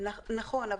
נכון.